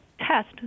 test